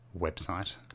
website